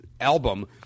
album